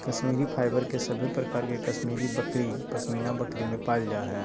Kashmiri fibre के सभे प्रकार कश्मीरी बकरी, पश्मीना बकरी में पायल जा हय